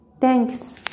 Thanks